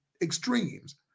extremes